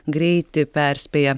greitį perspėja